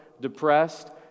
depressed